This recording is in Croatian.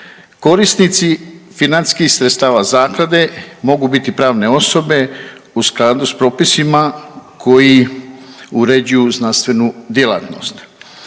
korisnici financijskih sredstava zaklade mogu biti pravne osobe u skladu s propisima koji uređuju znanstvenu djelatnost.